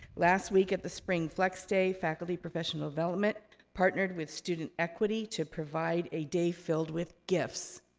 last week at the spring flex day, faculty professional development partnered with student equity to provide a day filled with gifts,